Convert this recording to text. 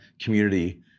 community